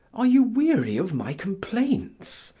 are you weary of my complaints?